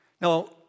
Now